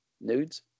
nudes